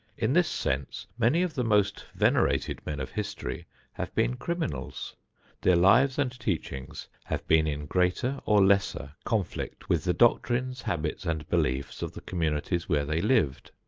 in this sense many of the most venerated men of history have been criminals their lives and teachings have been in greater or lesser conflict with the doctrines, habits and beliefs of the communities where they lived.